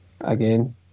again